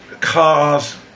cars